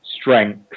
strength